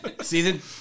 season